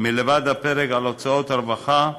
מלבד הפרק על הוצאות הרווחה,